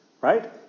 Right